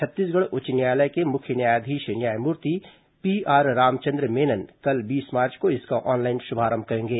छत्तीसगढ़ उच्च न्यायालय के मुख्य न्यायाधीश न्यायमूर्ति पीआर रामचंद्र मेनन कल बीस मार्च को इसका ऑनलाइन शुभारंभ करेंगे